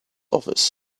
office